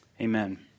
Amen